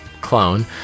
clone